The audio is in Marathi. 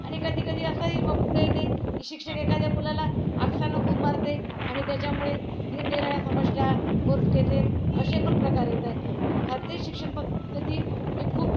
आणि कधी कधी असंही पुढे येते की शिक्षक एखाद्या मुलाला आकसानं खूप मारते आणि त्याच्यामुळे निरनिराळ्या समस्या कोर्र केसेस असे पण प्रकार येत आहे भारतीय शिक्षण पद्धती ही खूप